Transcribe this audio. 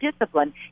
discipline